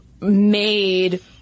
made